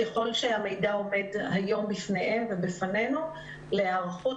ככל שהמידע עומד היום בפניהם ובפנינו להיערכות